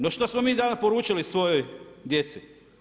No što smo mi danas poručili svojo djeci?